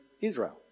Israel